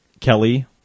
Kelly